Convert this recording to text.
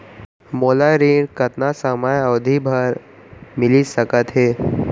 मोला ऋण कतना समयावधि भर मिलिस सकत हे?